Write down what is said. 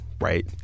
right